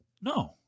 No